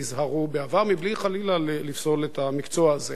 מבלי חלילה לפסול את המקצוע הזה.